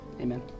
amen